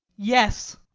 yes.